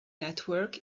network